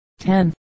10